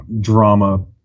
drama